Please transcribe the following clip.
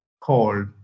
called